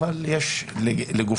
ואנחנו ניתן לאותה שותפות